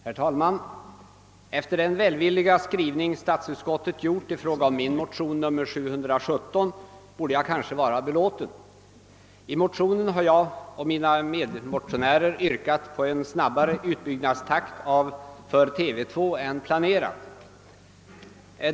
Herr talman! Efter den välvilliga skrivning som statsutskottet gjort i fråga om min motion II:717 borde jag kanske vara belåten. I motionen har jag och mina medmotionärer yrkat på en snabbare utbyggnadstakt för TV 2 än planerat.